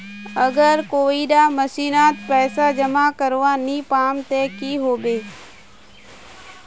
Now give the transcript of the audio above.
अगर कोई डा महीनात पैसा जमा करवा नी पाम ते की होबे?